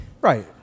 Right